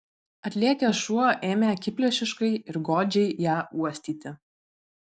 atlėkęs šuo ėmė akiplėšiškai ir godžiai ją uostyti